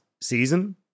season